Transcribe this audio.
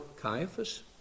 Caiaphas